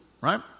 right